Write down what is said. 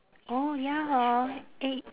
orh ya hor eh